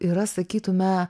yra sakytume